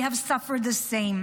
we have suffered the same,